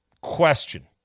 Question